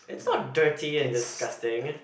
it's not dirty and disgusting